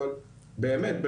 אבל באמת,